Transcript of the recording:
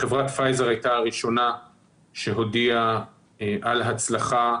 חברת פייזר הייתה הראשונה שהודיעה על הצלחה